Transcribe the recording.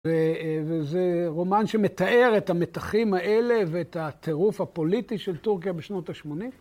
וזה רומן שמתאר את המתחים האלה ואת הטירוף הפוליטי של טורקיה בשנות ה-80.